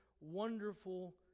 wonderful